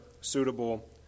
suitable